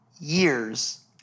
years